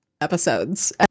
episodes